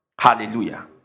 Hallelujah